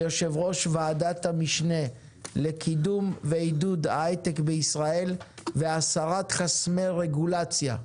כיושב ראש ועדת המשנה לקידום ועידוד ההיי-טק בישראל והסרת חסמי רגולציה,